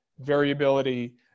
variability